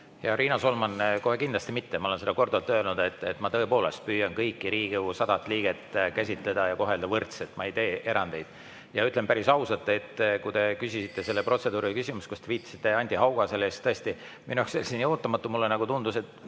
Riina Solman, kohe kindlasti mitte. Ma olen korduvalt öelnud, et ma tõepoolest püüan kõiki Riigikogu sadat liiget käsitleda ja kohelda võrdselt, ma ei tee erandeid. Ütlen päris ausalt, et kui te küsisite selle protseduurilise küsimuse, kus te viitasite Anti Haugasele, siis see oli tõesti minu jaoks ootamatu. Mulle tundus, et